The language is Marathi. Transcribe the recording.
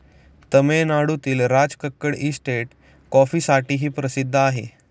तामिळनाडूतील राजकक्कड इस्टेट कॉफीसाठीही प्रसिद्ध आहे